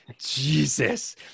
Jesus